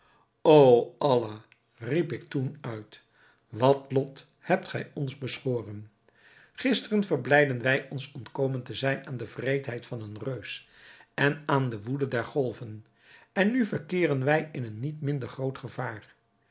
o allah riep ik toen uit wat lot hebt gij ons beschoren gisteren verblijden wij ons ontkomen te zijn aan de wreedheid van een reus en aan de woede der golven en nu verkeeren wij in een niet minder groot gevaar